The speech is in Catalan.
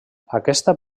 aquesta